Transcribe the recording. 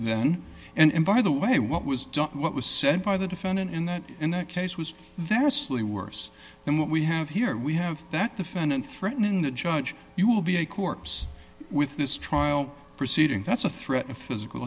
then and by the way what was done what was said by the defendant in that in that case was vastly worse than what we have here we have that defendant threatening that judge you will be a corpse with this trial proceeding that's a threat of physical